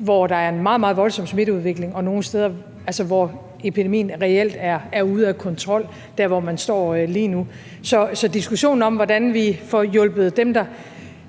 hvor der er en meget, meget voldsom smitteudvikling, og hvor epidemien nogle steder reelt er ude af kontrol der, hvor man står lige nu. Så hvordan vi får hjulpet dem, der